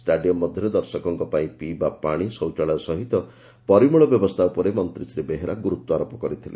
stadium ମଧ୍ଘରେ ଦର୍ଶକଙ୍କ ପାଇଁ ପିଇବା ପାଶି ଶୌଚାଳୟ ସହିତ ପରିମଳ ବ୍ୟବସ୍କା ଉପରେ ମନ୍ତୀ ଶ୍ରୀ ବେହେରା ଗୁରୁତ୍ୱାରୋପ କରିଥିଲେ